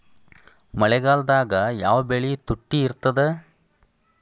ಮಳೆಗಾಲದಾಗ ಯಾವ ಬೆಳಿ ತುಟ್ಟಿ ಇರ್ತದ?